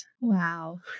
Wow